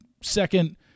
second